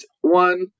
one